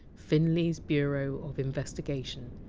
finlay! s bureau of investigation.